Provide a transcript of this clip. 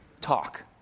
talk